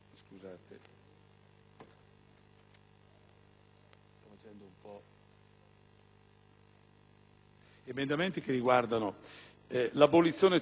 di emendamenti che riguardano l'abolizione *tout court* di tutte le norme introdotte dalla legge 24 dicembre 2007, n.